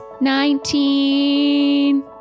Nineteen